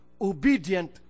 obedient